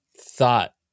thought